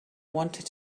wanted